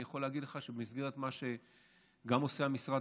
אני יכול להגיד לך שבמסגרת מה שעושה המשרד,